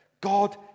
God